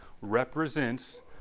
represents